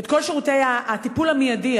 את כל שירותי הטיפול המיידי,